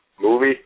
movie